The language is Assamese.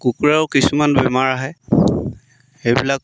কুকুৰাও কিছুমান বেমাৰ আহে সেইবিলাক